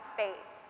faith